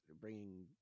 bringing